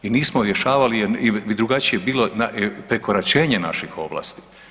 I nismo rješavali jer bi drugačije bilo prekoračenje naših ovlasti.